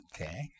Okay